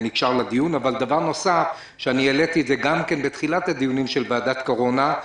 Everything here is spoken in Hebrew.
דבר נוסף שהעליתי גם בתחילת הדיונים של ועדת הקורונה,